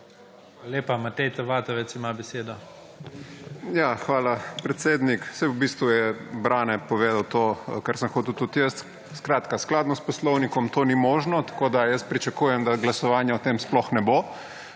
(PS Levica): Ja, hvala, predsednik. Saj v bistvu je Brane povedal to, kar sem hotel tudi jaz. Skratka, skladno s poslovnikom to ni možno, tako da pričakujem, da glasovanja o tem sploh ne bo,